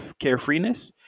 carefreeness